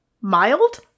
mild